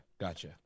gotcha